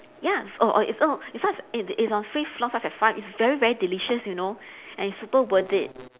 ya oh oh it's oh it starts it it's on fifth floor starts at five it's very very delicious you know and it's super worth it